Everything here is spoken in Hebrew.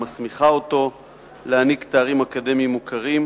ומסמיכה אותו להעניק תארים אקדמיים מוכרים,